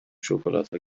شکلاتها